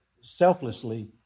selflessly